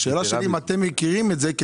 השאלה שלי היא אם אתם מכירים את זה.